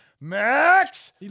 Max